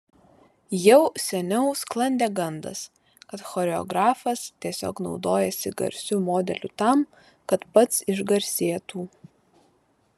jau seniau sklandė gandas kad choreografas tiesiog naudojasi garsiu modeliu tam kad pats išgarsėtų